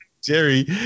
Jerry